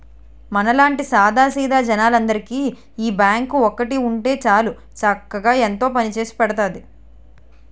మనలాంటి సాదా సీదా జనాలందరికీ ఈ బాంకు ఒక్కటి ఉంటే చాలు చక్కగా ఎంతో పనిచేసి పెడతాంది